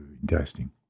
interesting